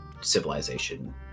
civilization